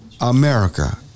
America